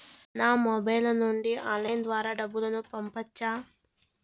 నా మొబైల్ నుండి ఆన్లైన్ ద్వారా డబ్బును పంపొచ్చా